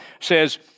says